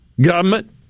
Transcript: Government